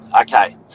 okay